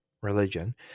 religion